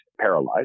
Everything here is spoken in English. paralyzed